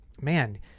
man